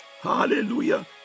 Hallelujah